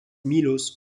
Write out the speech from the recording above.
miloš